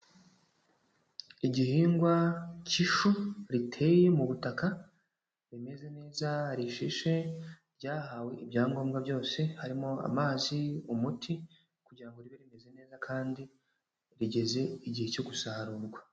Igihingwa cy'ishu riteye mu butaka, rimeze neza rishishe, ryahawe ibyangombwa byose, harimo amazi umuti kugira ngo ribe rimeze neza kandi rigeze igihe cyo gusarurwa.